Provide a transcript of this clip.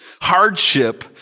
hardship